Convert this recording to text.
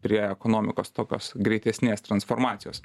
prie ekonomikos tokios greitesnės transformacijos